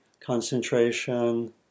concentration